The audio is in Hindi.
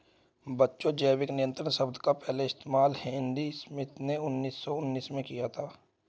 बच्चों जैविक नियंत्रण शब्द का पहला इस्तेमाल हेनरी स्मिथ ने उन्नीस सौ उन्नीस में किया था